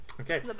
Okay